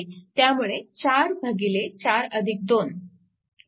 त्यामुळे 4 भागिले 4 2